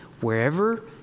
Wherever